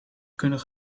kunnen